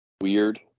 weird